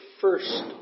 first